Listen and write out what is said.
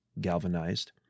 galvanized